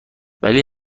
ولی